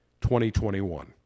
2021